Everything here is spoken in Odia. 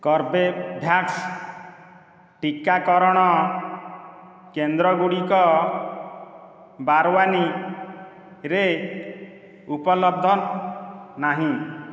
କର୍ବେଭ୍ୟାକ୍ସ ଟିକାକରଣ କେନ୍ଦ୍ରଗୁଡ଼ିକ ବାରୱାନୀରେ ଉପଲବ୍ଧ ନାହିଁ